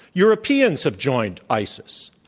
europeans have joined isis,